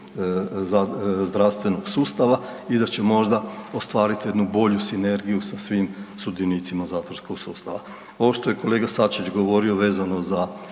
zdravstvenog sustava i da će možda ostvariti jednu bolju sinergiju sa svim sudionicima zatvorskog sustava. Ovo što je kolega Sačić govorio vezano za